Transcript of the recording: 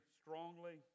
strongly